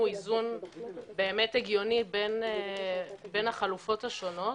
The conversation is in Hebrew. היא איזון הגיוני בין החלופות השונות.